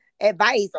advice